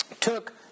took